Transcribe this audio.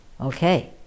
Okay